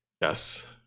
Yes